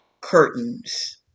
curtains